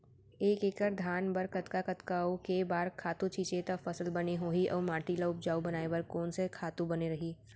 एक एक्कड़ धान बर कतका कतका अऊ के बार खातू छिंचे त फसल बने होही अऊ माटी ल उपजाऊ बनाए बर कोन से खातू बने रही?